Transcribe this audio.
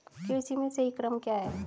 कृषि में सही क्रम क्या है?